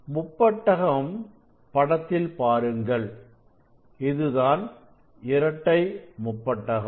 முப்பட்டகம் படத்தில் பாருங்கள் இதுதான் இரட்டை முப்பட்டகம்